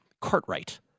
Cartwright